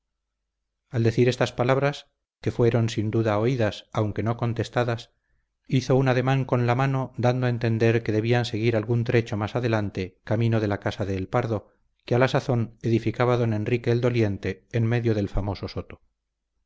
al decir estas palabras que fueron sin duda oídas aunque no contestadas hizo un ademán con la mano dando a entender que debían seguir algún trecho más adelante camino de la casa de el pardo que a la sazón edificaba don enrique el doliente en medio del famoso soto